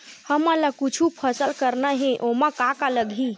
हमन ला कुछु फसल करना हे ओमा का का लगही?